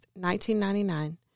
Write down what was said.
1999